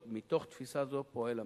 מתוך תפיסה זו פועל המשרד.